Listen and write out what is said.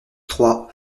trois